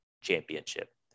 championship